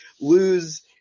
lose